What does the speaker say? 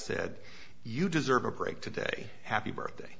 said you deserve a break today happy birthday